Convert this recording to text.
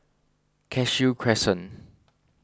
Cashew Crescent